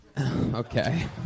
Okay